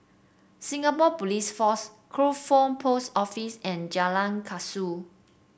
Singapore Police Force Crawford Post Office and Jalan Kasau